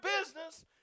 business